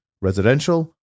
residential